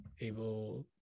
able